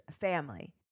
family